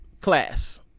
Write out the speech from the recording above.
class